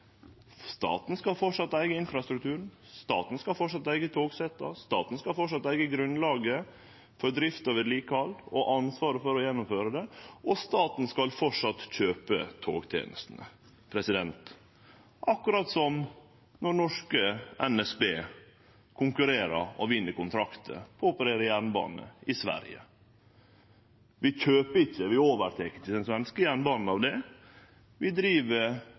Staten skal framleis eige infrastrukturen, staten skal framleis eige togsetta, staten skal framleis eige grunnlaget for drift og vedlikehald og ansvaret for å gjennomføre det. Og staten skal framleis kjøpe togtenestene, akkurat som når norske NSB konkurrerer og vinn kontraktar og opererer jernbane i Sverige. Vi kjøper ikkje og overtek ikkje den svenske jernbanen av den grunn. Vi driv